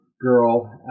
girl